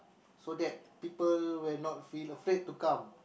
so that people will not feel afraid to come